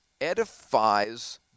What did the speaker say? edifies